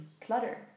clutter